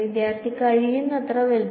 വിദ്യാർത്ഥി കഴിയുന്നത്ര വലുത്